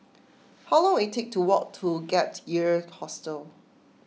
how long will it take to walk to Gap Year Hostel